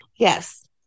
Yes